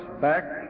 back